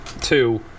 two